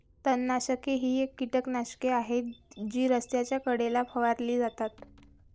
तणनाशके ही कीटकनाशके आहेत जी रस्त्याच्या कडेला फवारली जातात